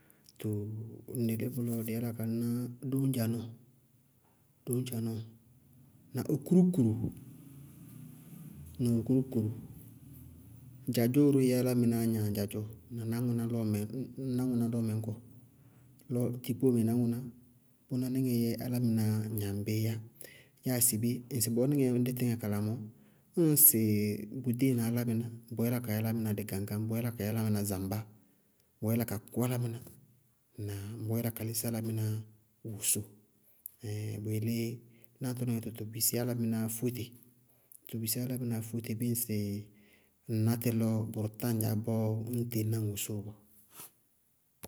Tɔ ñŋ dɩ lí bʋlɔ dɩí yála ka ná dóñdzanɔɔ, dóñdzanɔɔ, na okúrúkuru, na okúrúkuru, dzadzɔɔ ró yɛ álámɩnáá gnaŋ dzadzɔɔ, na náŋʋná lɔɔmɛ ñkɔ, a náŋʋná lɔɔmɛ ñkɔ, lɔ tikpóomɛ náŋʋná, bʋná níŋɛ yɛ álámɩnáá gnaŋ bíí yá, gnaŋ síbí ñŋsɩ bɔɔ níŋɛɛ dí tɩñŋa kala mɔɔ, ñŋsɩ bʋ ɖéŋna álámɩná, bʋʋ yála ka yɛ álámɩná dɩgaŋgáñ, bʋʋ yála ka yɛ álámɩná zambá, bʋʋ yála ka kʋ álámɩná, ŋnáa? Bʋʋ yála ka lísí álámɩná wosóo bʋ yelé náñtɔnɩŋɛ tʋ, bʋ bisí álámɩnáá fóé tɩ bɩɩ ŋsɩ ŋná tɩ lɔ bʋrʋ tá ŋdzaá bɔɔ.